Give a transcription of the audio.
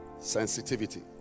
Sensitivity